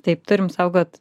taip turim saugot